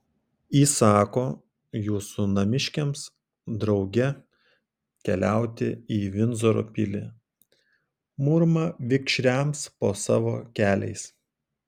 įsako jūsų namiškiams drauge keliauti į vindzoro pilį murma vikšriams po savo keliais